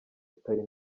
utari